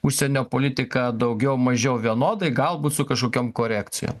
užsienio politiką daugiau mažiau vienodai galbūt su kažkokiom korekcijom